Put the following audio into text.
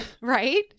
right